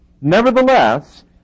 Nevertheless